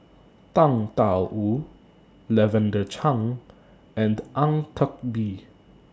Tang DA Wu Lavender Chang and Ang Teck Bee